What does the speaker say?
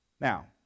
Now